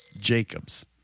Jacobs